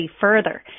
further